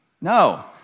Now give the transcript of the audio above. No